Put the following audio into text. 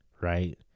right